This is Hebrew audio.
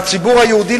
והציבור היהודי,